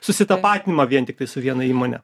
susitapatinimą vien tiktais su viena įmone